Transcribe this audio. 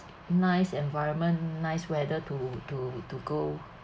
nice environment nice weather to to to go